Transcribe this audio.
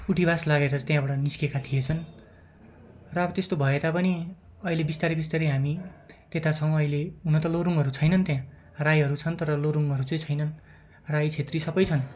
उठिवास लागेर चाहिँ त्यहाँबाट निस्केका थिएछन् र अब त्यस्तो भए तापनि अहिले बिस्तारै बिस्तारै हामी त्यता छौँ अहिले हुन त लोरुङहरू छैनन् त्यहाँ राईहरू छन् तर लोरुङहरू चाहिँ छैनन् राई क्षेत्री सबै छन्